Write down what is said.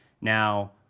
Now